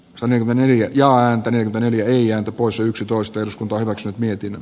kanerva neljä ja antaneen neljä poissa yksitoista jos painokset mietinb